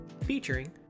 featuring